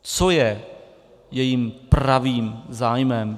Co je jejím pravým zájmem.